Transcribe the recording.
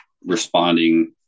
responding